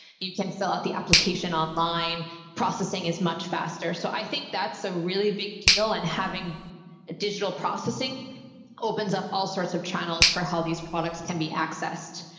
you can fill out the application online processing as much faster. so i think that's a really big deal. and having digital processing opens up all sorts of channels for how these products can be accessed,